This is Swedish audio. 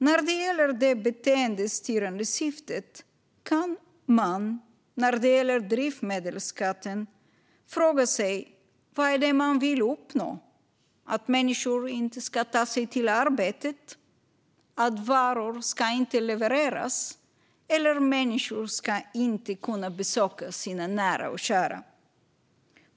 När det gäller det beteendestyrande syftet kan man när det handlar om drivmedelsskatten fråga sig vad det är regeringen vill uppnå. Är det att människor inte ska ta sig till arbetet? Är det att varor inte ska levereras? Eller är det att människor inte ska kunna besöka sina nära och kära?